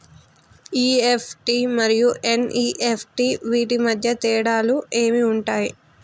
EFT మరియు NEFT వీటి మధ్య తేడాలు ఏమి ఉంటాయి?